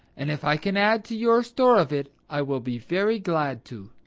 and if i can add to your store of it i will be very glad to.